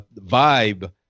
vibe